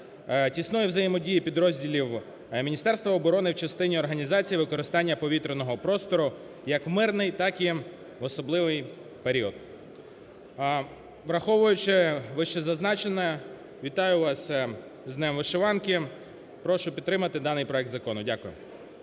тісної взаємодії підрозділів Міністерства оборони в частині організації використання повітряного простору як в мирний так і в особливий період. Враховуючи вище зазначене вітаю вас з Днем вишиванки, прошу підтримати даний проект Закону. Дякую.